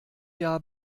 jahr